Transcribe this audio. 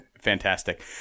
Fantastic